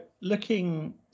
looking